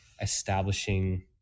establishing